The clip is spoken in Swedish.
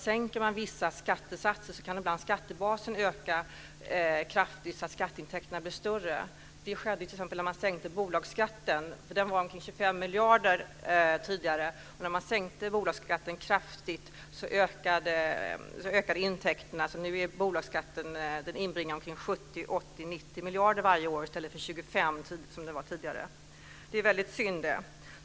Sänker man vissa skattesatser kan skattebasen ibland öka kraftigt så att skatteintäkterna blir större. Det skedde t.ex. när man sänkte bolagsskatten. Den var omkring 25 miljarder tidigare. När man sänkte bolagsskatten kraftigt ökade intäkterna. Nu inbringar bolagsskatten omkring 70, 80, 90 miljarder varje år i stället för 25 som tidigare. Det är verkligen synd.